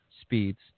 speeds